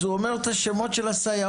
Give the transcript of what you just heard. הוא אומר את שמות הסייעות.